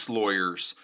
lawyers